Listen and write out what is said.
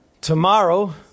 Tomorrow